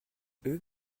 eux